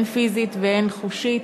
הן פיזית והן חושית.